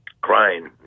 crying